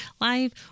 live